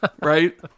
Right